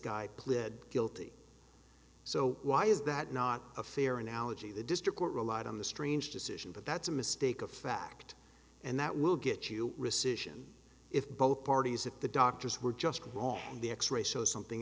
guy pled guilty so why is that not a fair analogy the district court relied on the strange decision but that's a mistake of fact and that will get you rescission if both parties that the doctors were just on the x ray show something